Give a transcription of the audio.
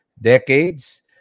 decades